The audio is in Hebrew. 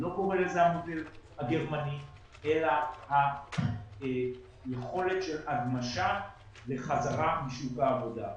אני לא קורא לזה המודל הגרמני אלא היכולת של הגמשה לחזרה לשוק העבודה.